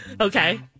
Okay